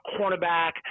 Cornerback